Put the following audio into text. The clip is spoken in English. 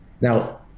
Now